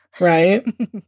Right